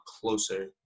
closer